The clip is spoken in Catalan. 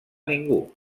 ningú